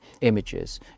images